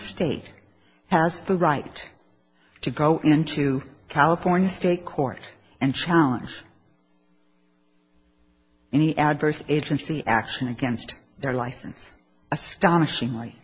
state has the right to go into california state court and challenge any adverse agency action against their license astonishing